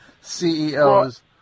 CEOs